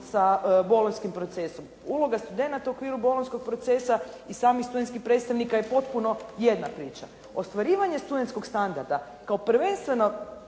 sa Bolonjskim procesom. Uloga studenata u okviru Bolonjskog procesa i sami studentsku predstavnika je potpuno jedna priča. Ostvarivanje studentskog standarda kao prvenstvena